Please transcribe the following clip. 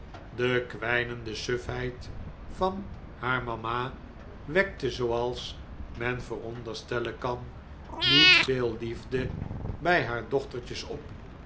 de kwijnende sufheid van haar mama wekte zooals men veronderstellen kan niet veel liefde bij haar dochtertjes op